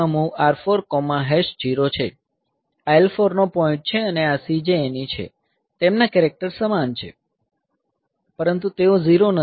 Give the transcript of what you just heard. આ L4 નો point છે અને આ CJNE છે તેમના કેરેક્ટર સમાન છે પરંતુ તેઓ 0 નથી